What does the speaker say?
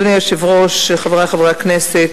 אדוני היושב-ראש, חברי חברי הכנסת,